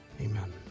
Amen